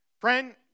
Friend